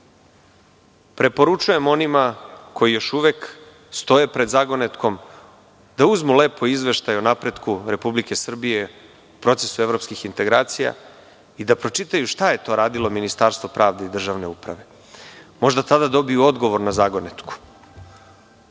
Niš. Preporučujem onima koji još uvek stoje pred zagonetkom da uzmu lepo Izveštaj o napretku Republike Srbije, procesu evropskih integracija i da pročitaju šta je to radilo Ministarstvo pravde i državne uprave. Možda tada dobiju odgovor na zagonetku. Ono